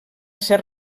ser